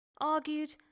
argued